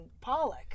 Pollock